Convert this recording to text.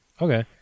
Okay